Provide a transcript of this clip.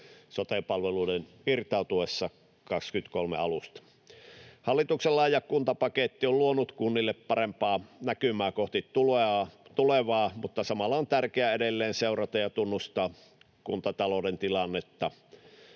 sote-palveluiden irtautuessa vuoden 23 alusta. Hallituksen laaja kuntapaketti on luonut kunnille parempaa näkymää kohti tulevaa, mutta samalla on tärkeää edelleen seurata ja tunnustaa kuntatalouden tilannetta.